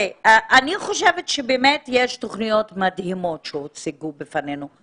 אני חושבת שבאמת יש תוכניות מדהימות שהוצגו בפנינו,